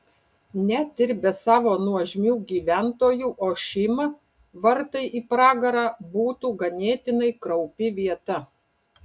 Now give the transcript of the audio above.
net ir be savo nuožmių gyventojų ošima vartai į pragarą būtų ganėtinai kraupi vieta